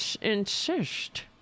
insist